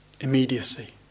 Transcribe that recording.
immediacy